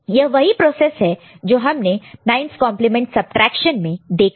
यह वही प्रोसेस है जो हमने 9's कंप्लीमेंट सबट्रैक्शन में देखा था